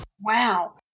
Wow